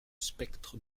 spectre